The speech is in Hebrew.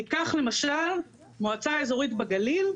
ניקח למשל מועצה אזורית בגליל,